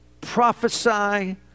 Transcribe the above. prophesy